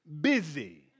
busy